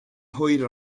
hwyr